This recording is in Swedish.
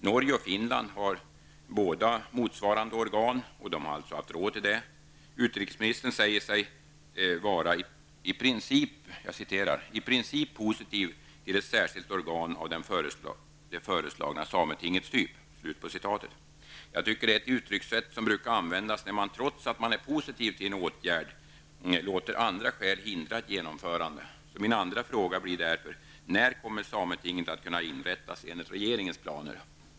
Norge och Finland har båda inrättat motsvarande organ och har alltså haft råd till detta. Utbildningsministern säger sig vara ''i princip positiv till ett särskilt organ av det föreslagna sametingets typ''. Det är ett uttryckssätt som brukar användas när man trots att man är positiv till en åtgärd, låter andra skäl hindra ett genomförande. Min andra fråga blir därför: När kommer sametinget att kunna inrättas enligt regeringens planer?